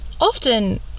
often